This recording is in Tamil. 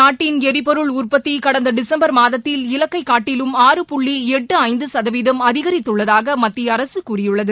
நாட்டின் எரிபொருள் உற்பத்தி கடந்த டிசம்பர் மாதத்தில் இலக்கை காட்டிலும் ஆறு புள்ளி எட்டு ஐந்து சதவீதம் அதிகரித்துள்ளதாக மத்திய அரசு கூறியுள்ளது